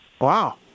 Wow